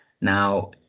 Now